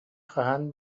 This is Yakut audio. хаһан